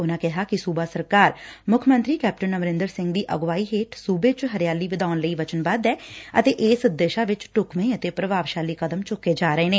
ਉਨਾਂ ਕਿਹਾ ਕਿ ਸੁਬਾ ਸਰਕਾਰ ਮੁੱਖ ਮੰਤਰੀ ਕੈਪਟਨ ਅਮਰੰਦਰ ਸਿੰਘ ਦੀ ਅਗਵਾਈ ਹੇਠ ਸੁਬੇ 'ਚ ਹਰਿਆਲੀ ਵਧਾਉਣ ਲਈ ਵਚਨਬੱਧ ਐ ਅਤੇ ਇਸ ਦਿਸਾ ਵਿਚ ਢੁਕਵੇ' ਅਤੇ ਪੁਭਾਵਸ਼ਾਲੀ ਕਦਮ ਢੁੱਕੇ ਜਾ ਰਹੇ ਨੇ